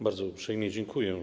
Bardzo uprzejmie dziękuję.